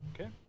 Okay